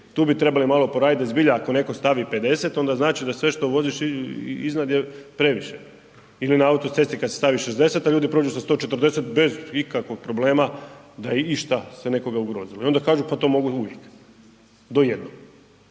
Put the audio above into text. Tu bi trebali malo poraditi da zbilja ako netko stavi 50 onda znači da sve što voziš iznad je previše. Ili na autocesti kad se stavi 60 a ljudi prođu sa 140 bez ikakvog problema da je išta se nekoga ugrozilo i onda kažu pa to mogu uvijek, do jednog